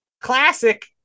Classic